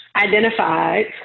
identified